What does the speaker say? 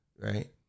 right